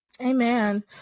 Amen